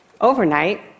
Overnight